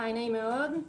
נעים מאוד,